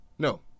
No